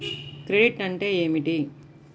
Credit అంటే ఏమిటి?